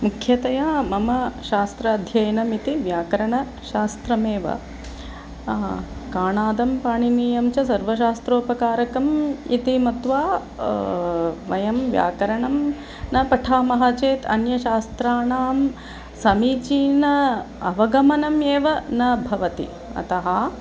मुख्यतया मम शास्त्राध्ययनमिति व्याकरणशास्त्रमेव काणादं पाणिनीयं च सर्वशास्त्रोपकारकम् इति मत्वा वयं व्याकरणं न पठामः चेत् अन्य शास्त्राणां समीचीनम् अवगमनम् एव न भवति अतः